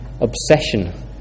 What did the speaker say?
obsession